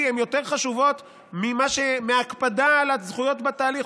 הן יותר חשובות מההקפדה על הזכויות בתהליך.